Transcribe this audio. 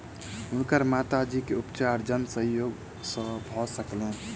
हुनकर माता जी के उपचार जन सहयोग से भ सकलैन